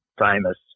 famous